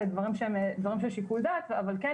אלה דברים שהם דברים של שיקול דעת אבל כן